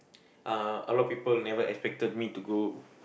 uh a lot people never expected me to go